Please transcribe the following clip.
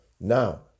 now